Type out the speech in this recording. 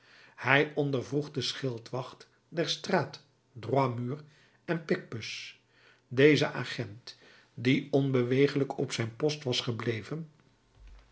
hij ondervroeg den schildwacht der straat droit mur en picpus deze agent die onbewegelijk op zijn post was gebleven